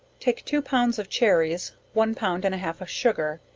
take two pounds of cherries, one pound and a half of sugar,